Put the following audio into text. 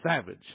Savage